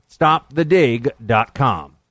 StopTheDig.com